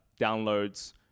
downloads